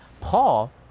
Paul